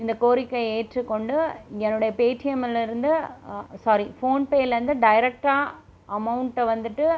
இந்த கோரிக்கையை ஏற்றுக்கொண்டு என்னுடைய பேடிஎம்மிலிருந்து சாரி ஃபோன்பேலேருந்து டேரெக்டா அமௌண்கிட்ட வந்துட்டு